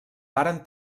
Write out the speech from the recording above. varen